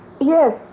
Yes